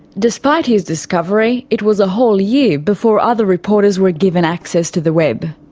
despite his discovery, it was a whole year before other reporters were given access to the web.